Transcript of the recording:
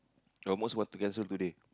I almost want to cancel today